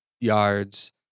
yards